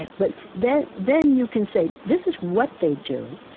but then then you can say, this is what they do.